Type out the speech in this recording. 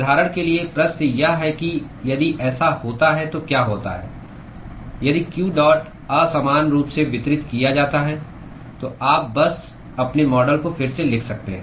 उदाहरण के लिए प्रश्न यह है कि यदि ऐसा होता है तो क्या होता है यदि q डॉट अ समान रूप से वितरित किया जाता है तो आप बस अपने मॉडल को फिर से लिख सकते हैं